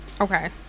Okay